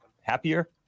happier